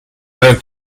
per